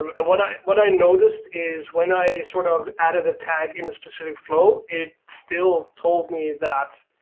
and what i what i noticed is when i sort of added a tag in a specific flow, it still told me that